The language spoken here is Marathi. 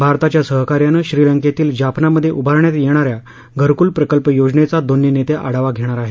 भारताच्या सहकार्यानं श्रीलंकेतील जाफनामध्ये उभारण्यात येणाऱ्या घरक्ल प्रकल्प योजनेचा दोन्ही नेते आढावा घेणार आहेत